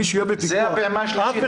אף אחד --- זו הפעימה השלישית.